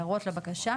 הערות לבקשה,